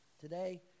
Today